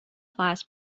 class